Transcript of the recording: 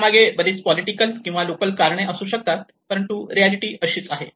यामागे बरीच पॉलिटिकल किंवा लोकल कारणे असू शकतात परंतु रियालिटी अशीच आहे